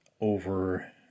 over